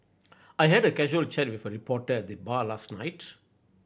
I had a casual chat with a reporter at the bar last night